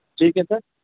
ٹھیک ہے سر